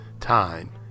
Time